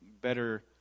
better